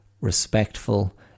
respectful